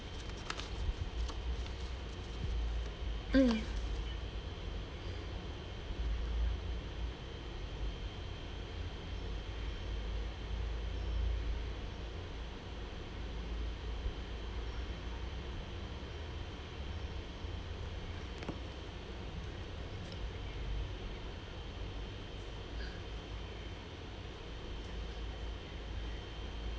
mm